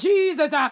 Jesus